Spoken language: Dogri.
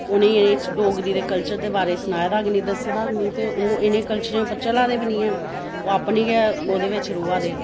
उ'नेंगी एह्दे च डोगरी दे कल्चर दे बारे च सनाए दा गै नेईं दस्से दा गे नेईं ते ओह् इ'नें कल्चरें पर चला दे बी नेईं हैन ओह् अपनी गै ओहदे बिच्च रवै दे